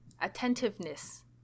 attentiveness